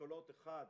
לאשכולות 1,